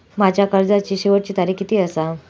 माझ्या कर्जाची शेवटची तारीख किती आसा?